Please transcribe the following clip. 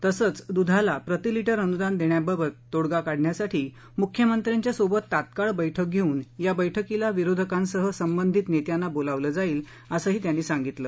तसंच दुधाला प्रतिलीटर अनुदान देण्याबाबत तोडगा काढण्यासाठी मुख्यमंत्र्यांसोबत तात्काळ बैठक घेऊन या बैठकीला विरोधकांसह संबंधित नेत्यांना बोलावलं जाईल असं त्यांनी सांगितलं